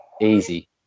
easy